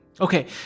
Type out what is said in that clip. Okay